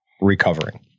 recovering